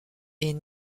est